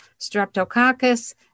streptococcus